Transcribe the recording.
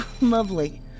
lovely